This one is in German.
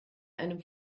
einem